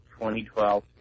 2012